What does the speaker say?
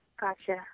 Gotcha